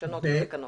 לשנות את התקנות.